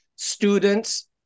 students